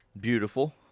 Beautiful